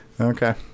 Okay